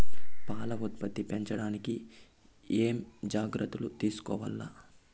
పాల ఉత్పత్తి పెంచడానికి ఏమేం జాగ్రత్తలు తీసుకోవల్ల?